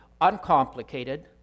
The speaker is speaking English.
uncomplicated